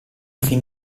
fin